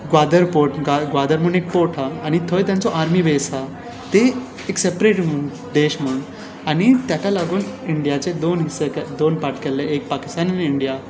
Gwadar port Gwadar म्हूण एक port हा आनी थंय तांचो आर्मी बॅस आहा तें एक सेपरेट देश म्हणून तेका लागून इंडियाचो दोन पार्ट केल्ले एक पाकिस्तान आनी इंडिया